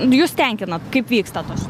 jus tenkina kaip vyksta tos